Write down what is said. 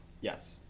yes